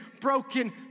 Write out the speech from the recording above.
broken